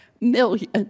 million